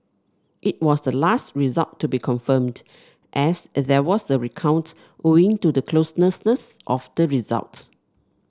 it was the last result to be confirmed as there was a recount owing to the closeness of the result